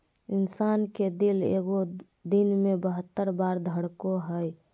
इंसान के दिल एगो दिन मे बहत्तर बार धरकय हइ